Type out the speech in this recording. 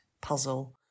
puzzle